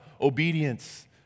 obedience